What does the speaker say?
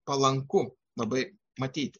palanku labai matyti